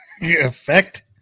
effect